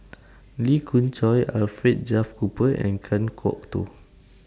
Lee Khoon Choy Alfred Duff Cooper and Kan Kwok Toh